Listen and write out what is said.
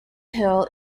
hill